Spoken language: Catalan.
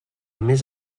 més